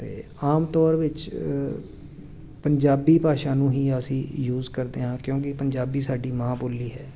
ਅਤੇ ਆਮ ਤੌਰ ਵਿੱਚ ਪੰਜਾਬੀ ਭਾਸ਼ਾ ਨੂੰ ਹੀ ਅਸੀਂ ਯੂਸ ਕਰਦੇ ਹਾਂ ਕਿਉਂਕਿ ਪੰਜਾਬੀ ਸਾਡੀ ਮਾਂ ਬੋਲੀ ਹੈ